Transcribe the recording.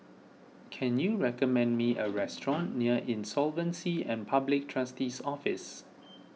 can you recommend me a restaurant near Insolvency and Public Trustee's Office